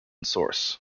source